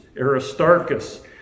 Aristarchus